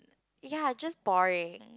ya just boring